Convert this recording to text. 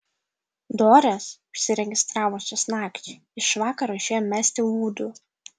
dorės užsiregistravusios nakčiai iš vakaro išėjo mesti ūdų